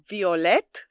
Violet